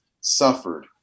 suffered